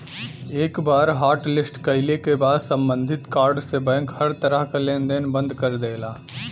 एक बार हॉटलिस्ट कइले क बाद सम्बंधित कार्ड से बैंक हर तरह क लेन देन बंद कर देला